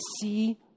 see